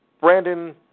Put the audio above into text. Brandon